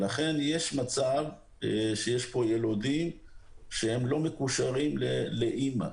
לכן יש כאן מצב של ילודים שהם לא מקושרים לאימא.